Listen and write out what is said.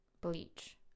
Bleach